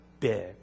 big